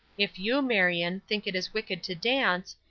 if you, marion, think it is wicked to dance,